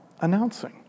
announcing